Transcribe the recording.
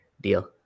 deal